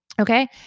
Okay